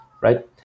right